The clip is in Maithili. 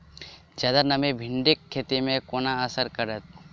जियादा नमी भिंडीक खेती केँ कोना असर करतै?